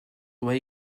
doit